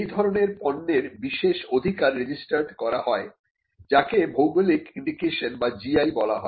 সেই ধরনের পণ্যের বিশেষ অধিকার রেজিস্টার্ড করা যায় যাকে ভৌগোলিক ইন্ডিকেশন বা GI বলা হয়